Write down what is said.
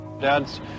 Dad's